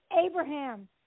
Abraham